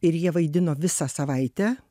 ir jie vaidino visą savaitę